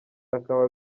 akaba